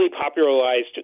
popularized